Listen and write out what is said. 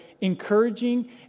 encouraging